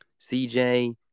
cj